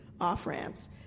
off-ramps